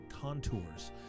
contours